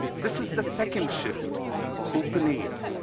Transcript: this is the second shift open aid.